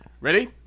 ready